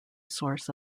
source